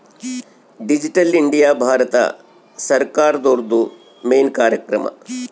digital India Bharat ಸರ್ಕಾರ್ದೊರ್ದು main ಕಾರ್ಯಕ್ರಮ